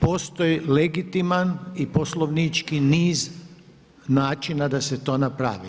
Postoji legitiman i poslovnički niz načina da se to napravi.